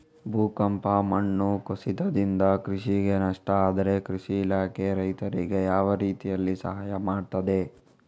ಭೂಕಂಪ, ಮಣ್ಣು ಕುಸಿತದಿಂದ ಕೃಷಿಗೆ ನಷ್ಟ ಆದ್ರೆ ಕೃಷಿ ಇಲಾಖೆ ರೈತರಿಗೆ ಯಾವ ರೀತಿಯಲ್ಲಿ ಸಹಾಯ ಮಾಡ್ತದೆ?